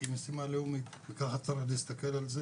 היא משימה לאומית וככה צריך להסתכל על זה